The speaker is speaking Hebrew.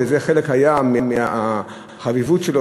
וזה היה חלק מהחביבות שלו,